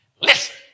Listen